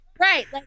Right